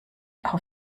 auf